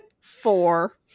four